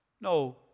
No